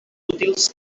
útils